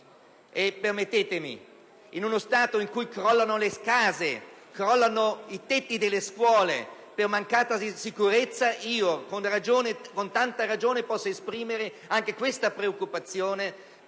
Permettetemi: in uno Stato in cui crollano le case e i tetti delle scuole per mancata sicurezza, a maggior ragione posso esprimere questa preoccupazione